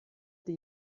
die